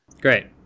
great